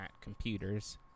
computers